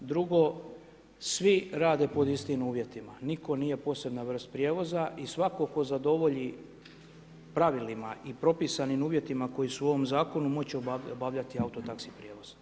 Drugo, svi rade pod istim uvjetima, nitko nije posebna vrsta prijevoza i svatko tko zadovolji pravilima i propisanim uvjetima koji su u ovom zakonu, moći će obavljati auto taxi prijevoz.